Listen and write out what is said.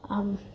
આમ